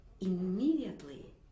immediately